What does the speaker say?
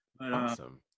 Awesome